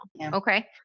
okay